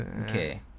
Okay